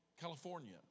California